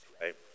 right